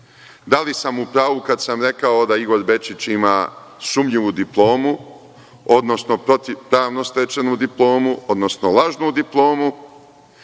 li sam u pravu kada sam rekao da Igor Bečić ima sumnjivu diplomu, odnosno protivpravno stečenu diplomu, odnosno lažnu diplomu?